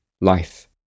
life